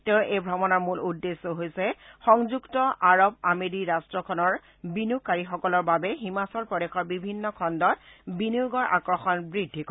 তেওঁৰ এই ভ্ৰমণৰ মূল উদ্দেশ্য হৈছে সংযুক্ত আৰব আমিৰী ৰাট্টখনৰ বিনিয়োগকাৰীসকলৰ বাবে হিমাচল প্ৰদেশৰ বিভিন্ন খণ্ডত বিনিয়োগৰ আকৰ্ষণ বৃদ্ধি কৰা